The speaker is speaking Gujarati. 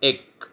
એક